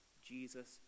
jesus